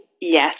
Yes